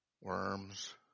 worms